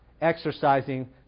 exercising